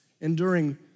enduring